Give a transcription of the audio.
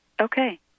Okay